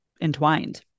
entwined